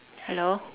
hello